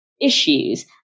issues